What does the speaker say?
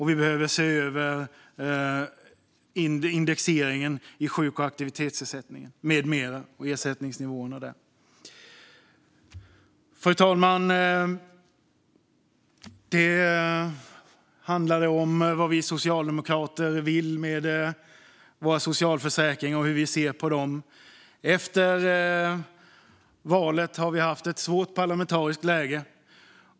Vi behöver också se över indexeringen i sjuk och aktivitetsersättningen, ersättningsnivåerna med mera. Fru talman! Det handlar om vad vi socialdemokrater vill med våra socialförsäkringar och hur vi ser på dem. Efter valet har vi haft ett svårt parlamentariskt läge.